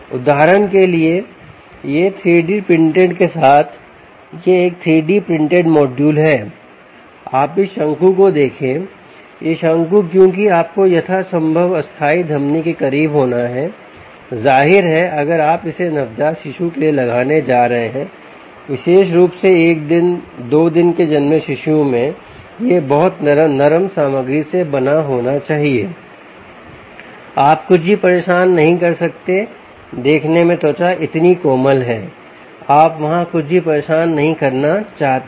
उदाहरण के लिए यह 3 डी प्रिंटेड के साथ था यह एक 3 डी प्रिंटेड मॉड्यूल है आप इस शंकु को देखें यह शंकु क्योंकि आपको यथासंभव अस्थायी धमनी के करीब होना है जाहिर है अगर आप इसे नवजात शिशु के लिए लगाने जा रहे हैं विशेष रूप से एक दिन दो दिन के जन्मे शिशुओं में यह बहुत नरम सामग्री से बना होना चाहिए आप कुछ भी परेशान नहीं कर सकते देखने में त्वचा इतनी कोमल है आप वहां कुछ भी परेशान नहीं करना चाहते हैं